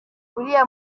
uriya